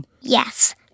Yes